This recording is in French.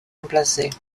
remplacés